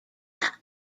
are